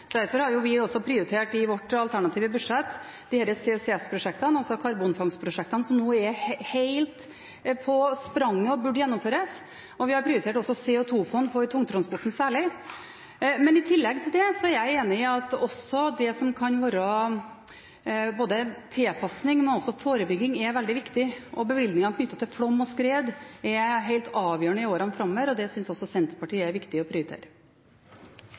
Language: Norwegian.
Derfor har vi i vårt alternative budsjett prioritert CCS-prosjektene – karbonfangst- og lagringsprosjektene – som nå er helt i spranget og burde gjennomføres. Vi har også prioritert CO 2 -fond for særlig tungtransporten. I tillegg til det er jeg enig i at også det som kan være både tilpassing og forebygging, er veldig viktig. Bevilgninger knyttet til flom og skred er helt avgjørende i årene framover, og det synes også Senterpartiet er viktig å prioritere.